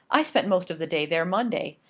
i spent most of the day there monday.